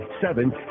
Seven